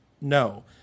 no